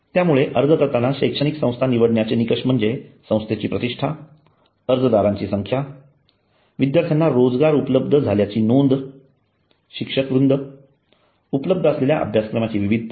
त्यामुळे अर्ज करताना शैक्षणिक संस्था निवडण्याचे निकष म्हणजे संस्थेची प्रतिष्ठा अर्जदारांची संख्या विद्यार्थ्यांना रोजगार उपलब्ध झाल्याची नोंद शिक्षकवृंद उपलब्ध असलेल्या अभ्यासक्रमांची विविधता